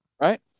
right